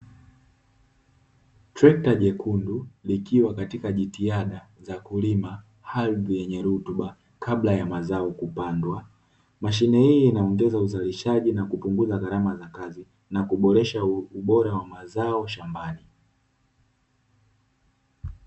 Trekta jekundu likiwa katika jitihada za kulima ardhi yenye rutuba kabla ya mazao kupandwa. Mashine hii inaongeza uzalishaji na kupunguza gharama za kazi na kuboresha ubora wa mazao shambani.